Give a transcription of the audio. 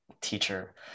teacher